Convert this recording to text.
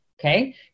okay